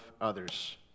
others